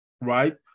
right